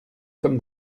sommes